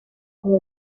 all